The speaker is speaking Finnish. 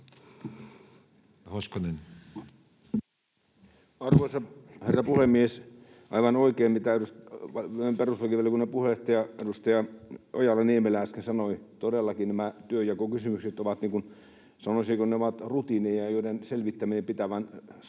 Arvoisa herra puhemies! Aivan oikein, mitä perustuslakivaliokunnan puheenjohtaja, edustaja Ojala-Niemelä äsken sanoi: todellakin nämä työnjakokysymykset ovat, sanoisinko, rutiineja, joiden selvittäminen pitää vain saattaa